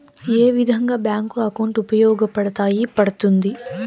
ఏ విధంగా bank account ఉపయోగపడతాయి పడ్తుంది